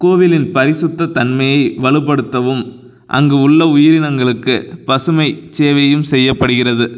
கோவிலின் பரிசுத்தத் தன்மையை வலுப்படுத்தவும் அங்கு உள்ள உயிரினங்களுக்கு பசுமை சேவையையும் செய்யப்படுகிறது